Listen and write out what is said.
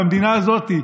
במדינה הזאת,